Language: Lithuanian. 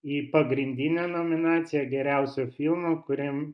į pagrindinę nominaciją geriausio filmo kuriam